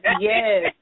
yes